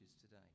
today